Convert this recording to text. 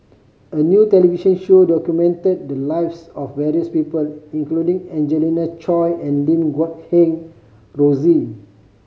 a new television show documented the lives of various people including Angelina Choy and Lim Guat Kheng Rosie